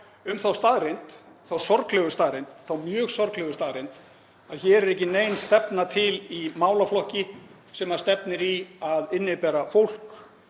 um þá staðreynd, þá sorglegu staðreynd, þá mjög sorglegu staðreynd að hér er ekki nein stefna til í málaflokki sem stefnir í að innibera fólk